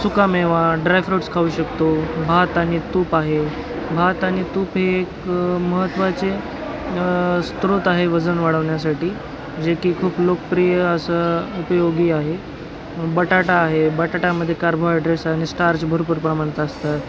सुकामेवा ड्रायफ्रूट्स खाऊ शकतो भात आणि तूप आहे भात आणि तूप हे एक महत्त्वाचे स्त्रोत आहे वजन वाढवण्यासाठी जे की खूप लोकप्रिय असं उपयोगी आहे बटाटा आहे बटाट्यामध्ये कार्बोहायड्रेट्स आणि स्टार्च भरपूर प्रमाणात असतात